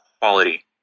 quality